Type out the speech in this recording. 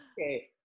Okay